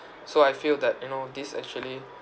so I feel that you know this actually